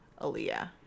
Aaliyah